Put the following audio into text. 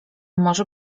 może